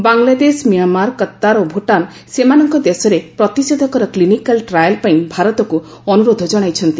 Bangladesh Myanmar Qatar ଓ ଭୁଟାନ ସେମାନଙ୍କ ଦେଶରେ ପ୍ରତିଷେଧକର କ୍ଲିନିକାଲ୍ ଟ୍ରାଏଲ୍ ପାଇଁ ଭାରତକୁ ଅନୁରୋଧ ଜଣାଇଛନ୍ତି